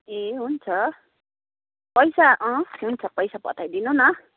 ए हुन्छ पैसा अँ हुन्छ पैसा पठाइदिनु न